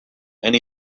and